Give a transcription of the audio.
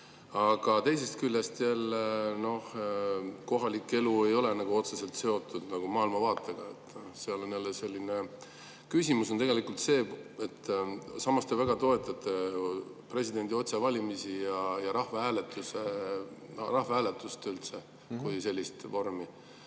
Aga teisest küljest kohalik elu ei ole otseselt seotud maailmavaatega. Küsimus on tegelikult selles, et te väga toetate presidendi otsevalimist ja rahvahääletuse vormi kui sellist,